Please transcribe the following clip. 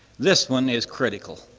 this one is critical.